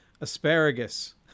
asparagus